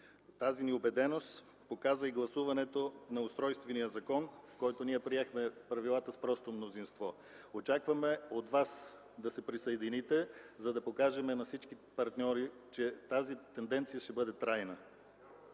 Тази ни убеденост показа и гласуването на Устройствения закон, с който с просто мнозинство ние приехме правилата. Очакваме от вас да се присъедините, за да покажем на всички партньори, че тази тенденция ще бъде трайна.